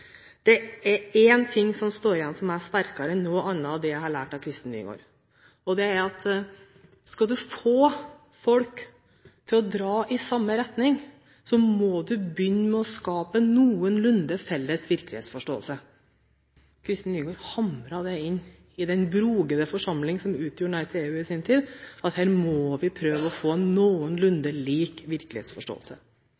Det er en ting som står sterkere igjen for meg enn noe annet av det jeg har lært av Kristen Nygaard: Skal du få folk til å dra i samme retning, må du begynne med å skape en noenlunde felles virkelighetsforståelse. Kristen Nygaard hamret det inn i den brokete forsamling som utgjorde Nei til EU i sin tid, at vi måtte prøve å få